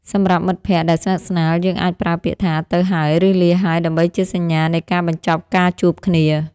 សម្រាប់មិត្តភក្តិដែលស្និទ្ធស្នាលយើងអាចប្រើពាក្យថាទៅហើយឬលាហើយដើម្បីជាសញ្ញានៃការបញ្ចប់ការជួបគ្នា។